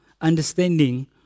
understanding